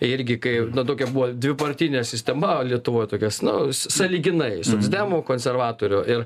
irgi kai tokia buvo dvipartinė sistema lietuvoj tokios nu sąlyginai socdemų konservatorių ir